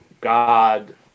God